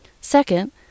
Second